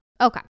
Okay